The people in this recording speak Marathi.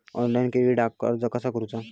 ऑनलाइन क्रेडिटाक अर्ज कसा करुचा?